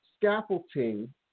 scaffolding